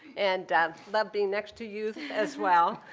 and love being next to youth as well.